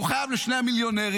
והוא חייב לשני המיליונרים,